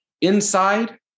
inside